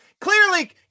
Clearly